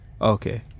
Okay